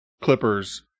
clippers